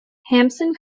hampson